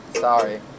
Sorry